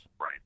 Right